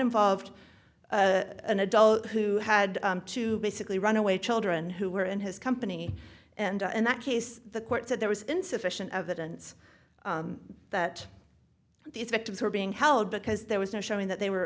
involved an adult who had to basically run away children who were in his company and in that case the court said there was insufficient evidence that these victims were being held because there was no showing that they were